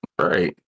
Right